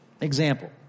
Example